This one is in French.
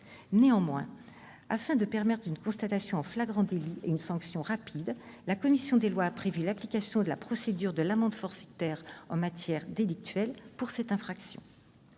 Néanmoins, afin de permettre une constatation en flagrant délit et une sanction rapide, la commission des lois a prévu l'application de la procédure de l'amende forfaitaire en matière délictuelle pour cette infraction.